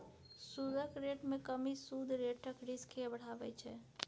सुदक रेट मे कमी सुद रेटक रिस्क केँ बढ़ाबै छै